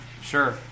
Sure